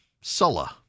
Sulla